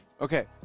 Okay